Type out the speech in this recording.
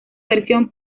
versión